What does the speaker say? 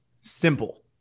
simple